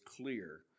clear